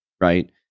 Right